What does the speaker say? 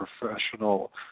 professional